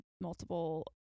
multiple